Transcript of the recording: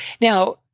Now